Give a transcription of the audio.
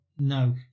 no